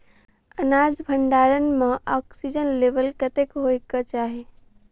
अनाज भण्डारण म ऑक्सीजन लेवल कतेक होइ कऽ चाहि?